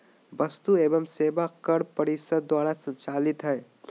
वस्तु एवं सेवा कर परिषद द्वारा संचालित हइ